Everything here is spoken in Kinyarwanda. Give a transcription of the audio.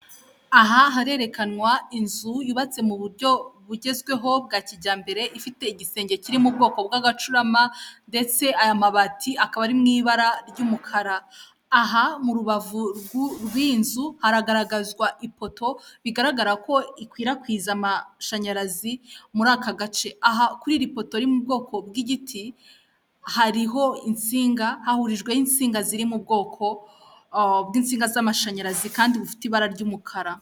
Aha harerekanwa inzu yubatse mu buryo bugezweho bwa kijyambere ifite igisenge kiririmo bwoko bw'agacurama, ndetse aya mabati akaba ari mu ibara ry'umukara. Aha mu rubavu rw'iyi nzu hahanagaragazwa ipoto bigaragara ko ikwirakwiza amashanyarazi muri aka gace. Aha kuri iri poto riri mu bwoko bw'igiti hariho insinga hahurijweho insinga ziri mu bwoko bw'insinga z'amashanyarazi kandi bufite ibara ry'umukara.